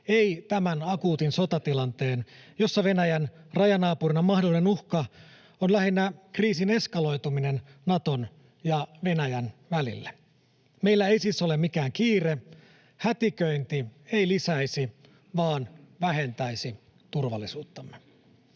ei tämän akuutin sotatilanteen, jossa Venäjän rajanaapurina mahdollinen uhka on lähinnä kriisin eskaloituminen Naton ja Venäjän välillä. Meillä ei siis ole mikään kiire, hätiköinti ei lisäisi vaan vähentäisi turvallisuuttamme.